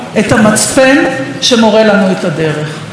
את המצפן שמורה לנו את הדרך.